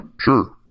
sure